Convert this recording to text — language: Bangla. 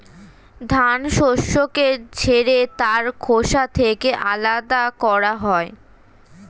ধান শস্যকে ঝেড়ে তার খোসা থেকে আলাদা করা হয়